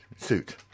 suit